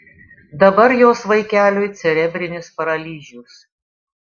dabar jos vaikeliui cerebrinis paralyžius